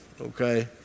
Okay